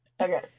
Okay